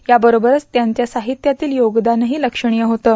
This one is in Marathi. याबरोबरच त्यांचे साहित्यातील योगदानही लक्षणीय होतं